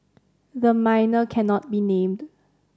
the minor cannot be named